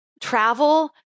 travel